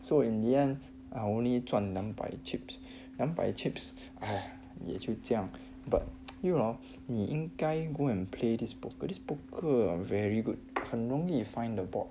so in the end I only 赚两百 chips 两百 chips 唉也就这样 but you hor 你应该 go and play this poke this poker very good 很容易 find a bot